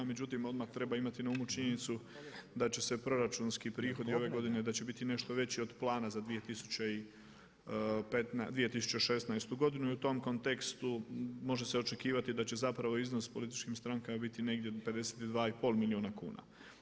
Međutim odmah treba imati na umu činjenicu da će se proračunski prihodi ove godine da će biti nešto veći od plana za 2016. godinu i u tom kontekstu može se očekivati da će iznos političkim strankama biti negdje 52,5 milijuna kuna.